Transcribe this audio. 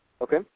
Okay